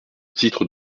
titre